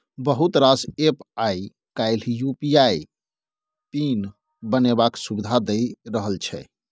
बहुत रास एप्प आइ काल्हि यु.पी.आइ पिन बनेबाक सुविधा दए रहल छै